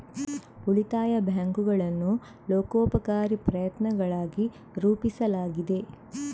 ಉಳಿತಾಯ ಬ್ಯಾಂಕುಗಳನ್ನು ಲೋಕೋಪಕಾರಿ ಪ್ರಯತ್ನಗಳಾಗಿ ರೂಪಿಸಲಾಗಿದೆ